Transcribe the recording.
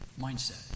mindset